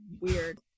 weird